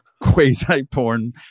quasi-porn